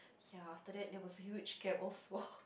ya after that there was a huge gap of